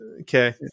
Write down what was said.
Okay